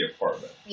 apartment